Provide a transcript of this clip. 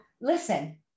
listen